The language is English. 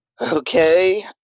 Okay